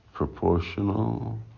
proportional